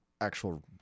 actual